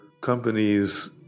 companies